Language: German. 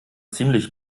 ziemlich